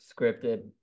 scripted